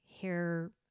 hair